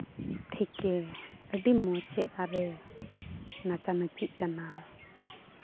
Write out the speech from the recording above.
ᱛᱷᱮᱠᱮ ᱟᱹᱰᱤ ᱢᱚᱡᱮ ᱟᱨᱮ ᱱᱟᱪᱟ ᱱᱟᱪᱤᱜ ᱠᱟᱱᱟ